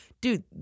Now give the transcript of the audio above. dude